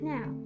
Now